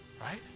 Right